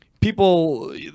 people